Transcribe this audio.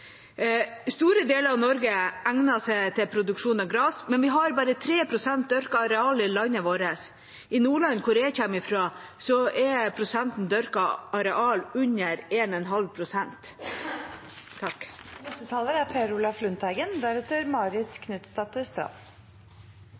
Store deler av Norge egner seg til produksjon av gras, men vi har bare 3 pst. dyrket areal i landet vårt. I Nordland, der jeg kommer fra, er prosenten dyrket areal under 1,5 pst. 16. desember 2019 kan bli en historisk dag, da Stortingets mindretall, Arbeiderpartiet, Senterpartiet og